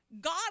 God